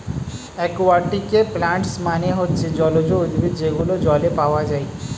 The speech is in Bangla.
একুয়াটিকে প্লান্টস মানে হচ্ছে জলজ উদ্ভিদ যেগুলো জলে পাওয়া যায়